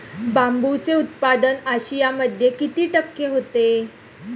बांबूचे उत्पादन आशियामध्ये किती टक्के होते?